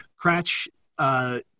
Cratch